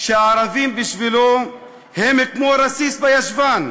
שהערבים בשבילו הם כמו רסיס בישבן?